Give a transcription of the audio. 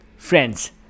Friends